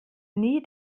nie